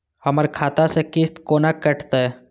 हमर खाता से किस्त कोना कटतै?